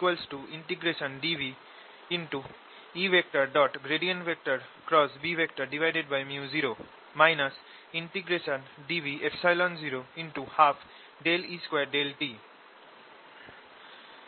dwdtdvEµo dv012E2∂t EB BE E EBতএব আমরা যেটা বলে যে টা হল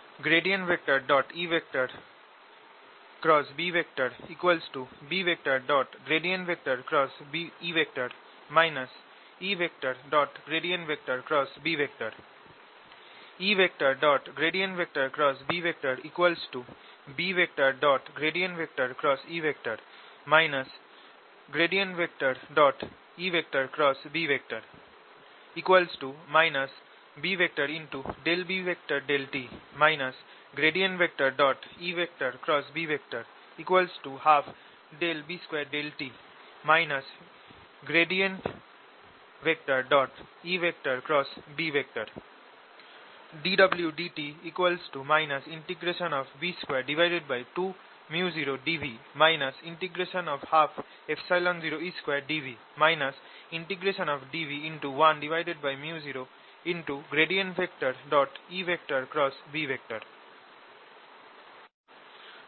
ই যেখানে চার্জ ডেন BE EB B B∂t EB 12∂tB2 EB dwdt B22µ0dv 120E2dv dv1µ0EB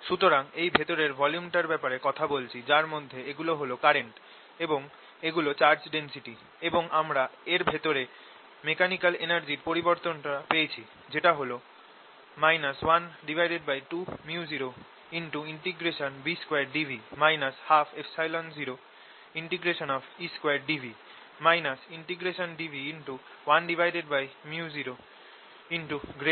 সুতরাং এই ভেতরের ভলিউমটার ব্যাপারে কথা বলছি যার মধ্যে এগুলো হল কারেন্ট এবং এগুলো চার্জ ডেনসিটি এবং আমরা এর ভেতরে মেকানিকাল এনার্জির পরিবর্তনটা পেয়েছি যেটা হল 12µ0B2dv 120E2dv dv1µ0EB